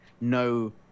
no